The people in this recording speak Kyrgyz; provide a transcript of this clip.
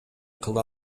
кыла